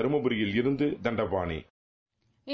தருமபுரியிலிருந்து Dandapani